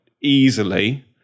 easily